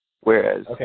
Whereas